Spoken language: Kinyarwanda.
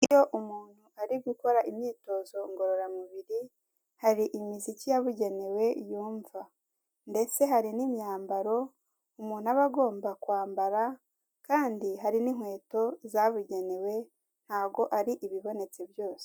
Iyo umuntu ari gukora imyitozo ngororamubiri, hari imiziki yabugenewe yumva, ndetse hari n'imyambaro umuntu aba agomba kwambara, kandi hari n'inkweto zabugenewe ntago ari ibibonetse byose.